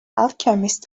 alchemist